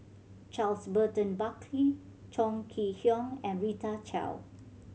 Charles Burton Buckley Chong Kee Hiong and Rita Chao